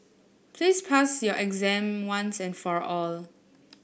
please pass your exam once and for all